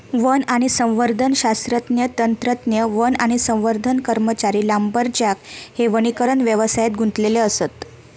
one आणि संवर्धन शास्त्रज्ञ, तंत्रज्ञ, वन आणि संवर्धन कर्मचारी, लांबरजॅक हे वनीकरण व्यवसायात गुंतलेले असत